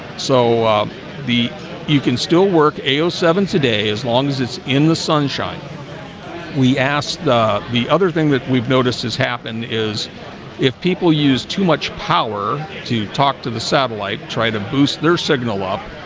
so the you can still work a oh seven today as long as it's in the sunshine we asked the the other thing that we've noticed has happened is if people use too much power to talk to the satellite try to boost their signal up